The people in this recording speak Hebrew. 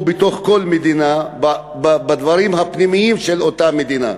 או בתוך כל מדינה, בדברים הפנימיים של אותה מדינה.